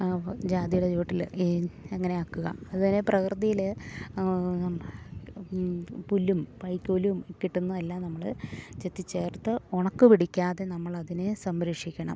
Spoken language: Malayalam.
ജാതിയുടെ ചുവട്ടിൽ എങ്ങനെ ആക്കുക അതിനെ പ്രകൃതിയിൽ പുല്ലും വൈക്കോലും കിട്ടുന്ന എല്ലാം നമ്മൾ ചെത്തിച്ചേർത്ത് ഉണക്ക് പിടിക്കാതെ നമ്മളതിനെ സംരക്ഷിക്കണം